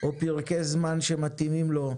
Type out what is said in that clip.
או פרקי זמן שמתאימים לו,